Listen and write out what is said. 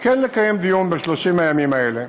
כן לקיים דיון ב-30 הימים האלה,